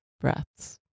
breaths